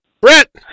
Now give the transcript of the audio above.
Brett